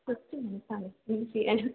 കുറച്ച് താൽപര്യം ചെയ്യാൻ